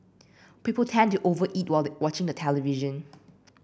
people tend to over eat while the watching the television